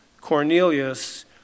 Cornelius